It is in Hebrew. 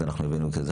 אז אנחנו הבאנו את זה.